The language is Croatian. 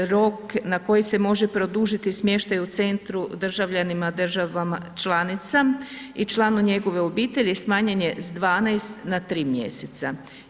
Rok na koji se može produžiti smještaj u centru državljanima državama članica i članu njegove obitelji smanjen je sa 12 na 3 mjeseca.